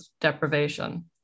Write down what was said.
deprivation